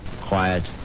quiet